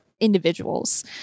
individuals